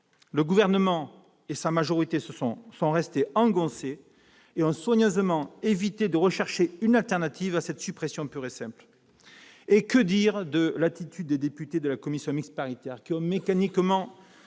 Le Gouvernement et sa majorité sont restés engoncés dans leurs certitudes et ont soigneusement évité de rechercher une alternative à cette suppression pure et simple. Et que dire de l'attitude des députés membres de la commission mixte paritaire qui ont mécaniquement